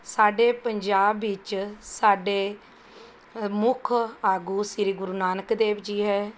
ਸਾਡੇ ਪੰਜਾਬ ਵਿੱਚ ਸਾਡੇ ਮੁੱਖ ਆਗੂ ਸ਼੍ਰੀ ਗੁਰੂ ਨਾਨਕ ਦੇਵ ਜੀ ਹੈ